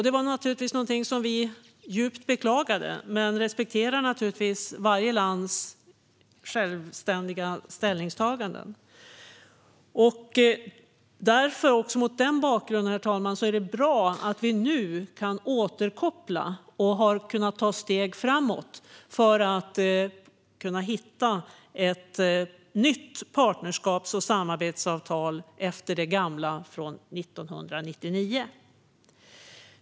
Detta var något som vi djupt beklagade, men vi respekterar naturligtvis varje lands självständiga ställningstaganden. Mot den bakgrunden är det, herr talman, bra att vi nu kan återkoppla och har kunnat ta steg för att hitta fram till ett nytt partnerskaps och samarbetsavtal efter det gamla från 1999.